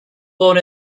born